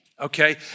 Okay